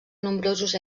nombrosos